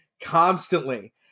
constantly